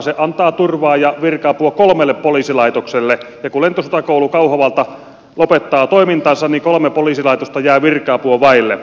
se antaa turvaa ja virka apua kolmelle poliisilaitokselle ja kun lentosotakoulu kauhavalta lopettaa toimintansa niin kolme poliisilaitosta jää virka apua vaille